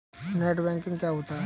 Net banking क्या होता है?